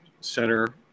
center